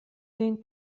den